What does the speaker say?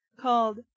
called